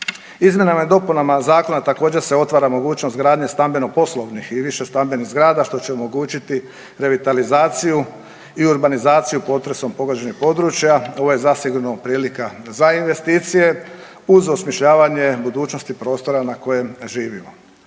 Izmjenama i dopunama Zakona također se otvara mogućnost gradnje stambeno-poslovnih i više stambenih zgrada što će omogućiti revitalizaciju i urbanizaciju potresom pogođenih područja. Ovo je zasigurno prilika za investicije uz osmišljavanje budućnosti prostora na kojem živimo.